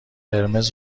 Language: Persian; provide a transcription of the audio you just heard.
قرمز